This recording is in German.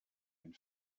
den